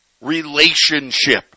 relationship